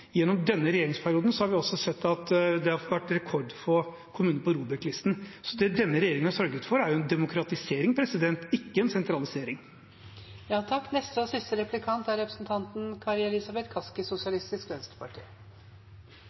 denne regjeringsperioden har vi sett at det har vært rekordfå kommuner på ROBEK-listen. Det denne regjeringen har sørget for, er en demokratisering, ikke en sentralisering. Gjennom denne debatten om perspektivmeldingen kommer vi hyppig til å høre ordet «prioritering» bli brukt. Det er